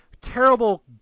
terrible